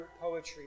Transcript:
poetry